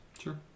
Sure